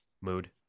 mood